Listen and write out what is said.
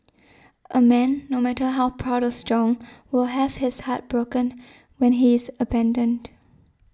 a man no matter how proud or strong will have his heart broken when he is abandoned